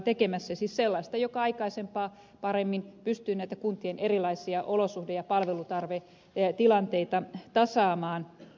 siis sellaista joka aikaisempaa paremmin pystyy kuntien erilaisia olosuhde ja palvelutarvetilanteita tasaamaan